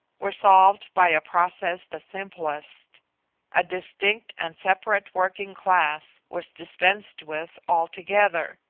were solved by a process the simplest a distinct and separate working class was dispensed with altogether.